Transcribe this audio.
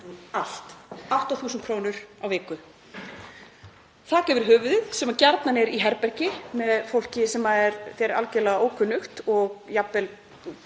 allt, 8.000 kr. á viku, þak yfir höfuðið sem gjarnan er í herbergi með fólki sem er þér algerlega ókunnugt og þú jafnvel